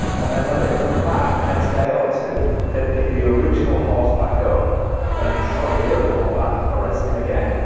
and then when they'd come back the next day or two they'd pick the original horse back up and drop the other one back for resting again